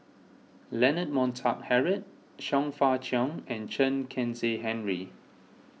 Leonard Montague Harrod Chong Fah Cheong and Chen Kezhan Henri